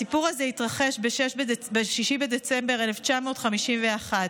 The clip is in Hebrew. הסיפור הזה התרחש ב-6 בדצמבר 1951,